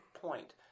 point